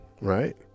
right